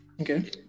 Okay